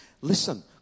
Listen